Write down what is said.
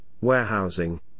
warehousing